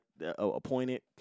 appointed